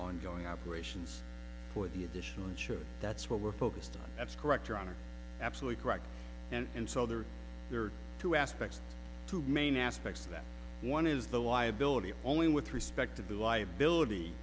ongoing operations for the additional insured that's what we're focused on that's correct your honor absolutely correct and so there are there are two aspects to main aspects that one is the liability only with respect to the liability